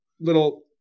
little